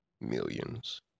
millions